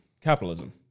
capitalism